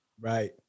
Right